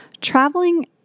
traveling